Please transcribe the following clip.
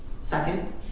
Second